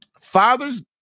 Father's